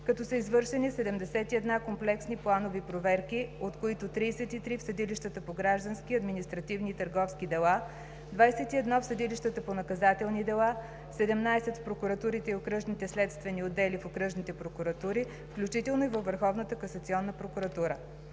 като са извършени 71 комплексни планови проверки, от които 33 в съдилищата по граждански, административни и търговски дела, 21 в съдилищата по наказателни дела, 17 в прокуратурите и окръжните следствени отдели в окръжните прокуратури, включително и във Върховната касационна прокуратура.